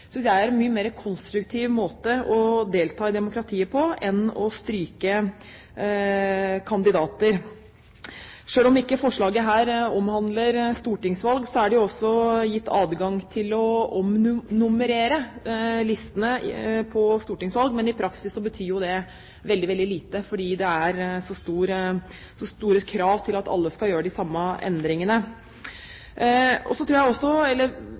er en mye mer konstruktiv måte å delta i demokratiet på enn å stryke kandidater. Selv om ikke dette forslaget omhandler stortingsvalg, er det jo også gitt adgang til å omnummerere listene ved stortingsvalg, men i praksis betyr det veldig, veldig lite, fordi det er så store krav til at alle skal gjøre de samme endringene.